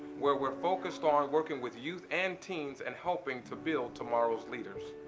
where we're focused on working with youth and teens and helping to build tomorrow's leaders.